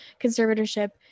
conservatorship